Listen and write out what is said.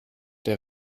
der